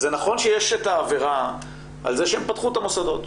אז זה נכון שיש את העבירה על זה שהם פתחו את המוסדות,